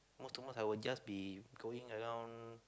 most to most I will just be going around